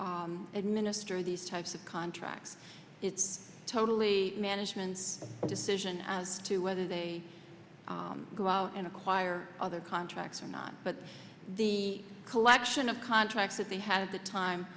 administer these types of contracts it's totally management decision as to whether they go out and acquire other contracts or not but the collection of contracts that they had of the time